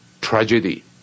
tragedy